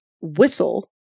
whistle